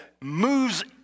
moves